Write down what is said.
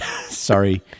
sorry